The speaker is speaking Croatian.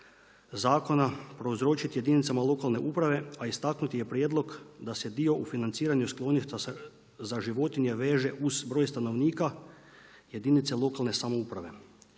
zakona prouzročiti jedinicama lokalne uprave a istaknuti je prijedlog da se dio u financiranju skloništa za životinje veže uz broj stanovnika jedinica lokalne samouprave.